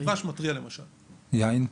דבש מתריע, למשל, יין יכול.